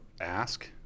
ask